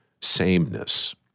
sameness